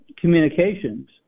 communications